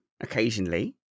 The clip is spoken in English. occasionally